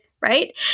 right